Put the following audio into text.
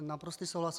Naprostý souhlas.